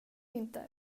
inte